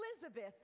Elizabeth